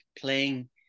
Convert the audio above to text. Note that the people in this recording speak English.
playing